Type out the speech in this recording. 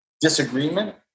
disagreement